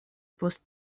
post